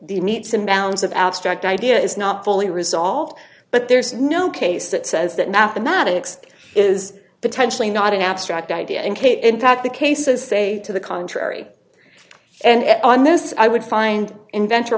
the meets and bounds of abstract idea is not fully resolved but there is no case that says that mathematics is potentially not an abstract idea and kate in fact the cases say to the contrary and on this i would find inventor